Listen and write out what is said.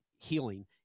Healing